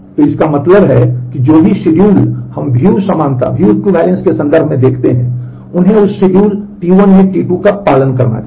तो इसका मतलब है कि जो भी शेड्यूल T1 में T2 का पालन करना चाहिए